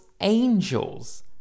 angels